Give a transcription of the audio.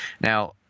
Now